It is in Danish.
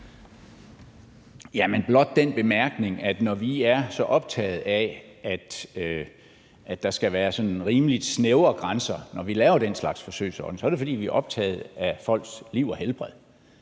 blot den bemærkning, at når vi er så optagede af, at der skal være sådan rimelig snævre grænser, når vi laver den slags forsøgsordninger, så er det, fordi vi er optaget af folks liv og helbred.